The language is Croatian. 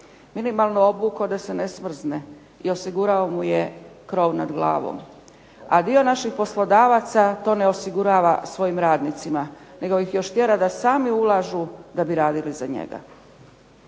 minimalno obukao da se ne smrzne i osigurao mu je krov nad glavom. A dio naših poslodavaca to ne osigurava svojim radnicima nego ih još tjera da sami ulažu da bi radili za njega.